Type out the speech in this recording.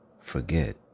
forget